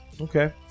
Okay